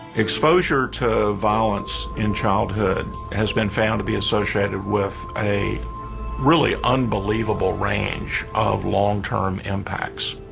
exposure to violence in childhood has been found to be associated with a really unbelievable range of long-term impacts.